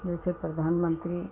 जैसे प्रधानमन्त्री